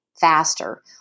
faster